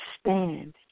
Stand